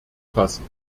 fassen